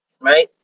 Right